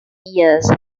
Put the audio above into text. years